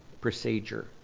procedure